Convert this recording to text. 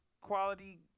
quality